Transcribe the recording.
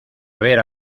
haber